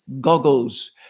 Goggles